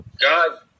God